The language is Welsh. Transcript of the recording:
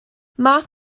math